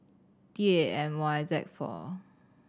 D A M Y Z four